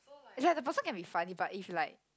is like the person can be funny but if like